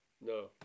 No